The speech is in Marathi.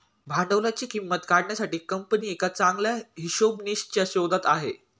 भांडवलाची किंमत काढण्यासाठी कंपनी एका चांगल्या हिशोबनीसच्या शोधात आहे